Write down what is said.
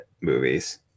movies